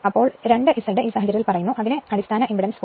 അതിനാൽ ഈ സാഹചര്യത്തിൽ 2 Z ഇതിന് അടിസ്ഥാന ഇംപെഡൻസ് 0